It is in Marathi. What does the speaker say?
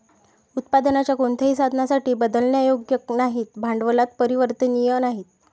उत्पादनाच्या कोणत्याही साधनासाठी बदलण्यायोग्य नाहीत, भांडवलात परिवर्तनीय नाहीत